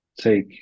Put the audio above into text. take